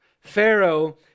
Pharaoh